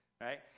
right